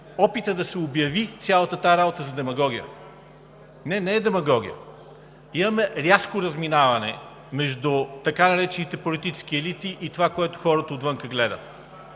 опита да се обяви цялата тази работа за демагогия. Не, не е демагогия! Имаме рязко разминаване между така наречените „политически елити“ и това, което хората отвън гледат.